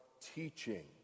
Teaching